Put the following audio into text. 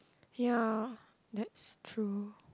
ya that's true